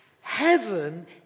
heaven